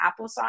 applesauce